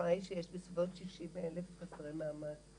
וההנחה היא שיש בסביבות ה-60,000 מחוסרי מעמד.